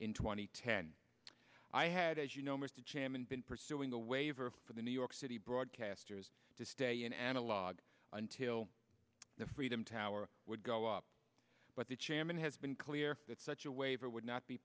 and ten i had as you know mr chairman been pursuing the waiver for the new york city broadcasters to stay in analog until the freedom tower would go up but the chairman has been clear that such a waiver would not be